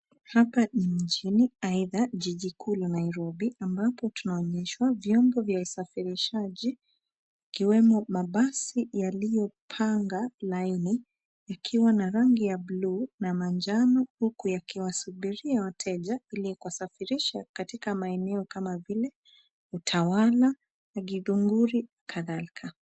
Hapa ni mjini aidha jiji kuu la Nairobi ambapo tunaonyeshwa vyombo vya usafirishaji kikiwemo mabasi yaliyopanga line yakiwa na rangi ya blue na manjano huku yakisubiria wateja ili kuwasafirisha katika maeneo kama vile Utawala, Githunguri na kadhalika.